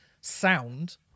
sound